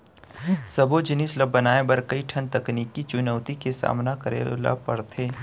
सबो जिनिस ल बनाए बर कइ ठन तकनीकी चुनउती के सामना करे ल परथे